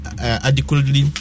adequately